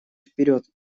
вперед